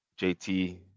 JT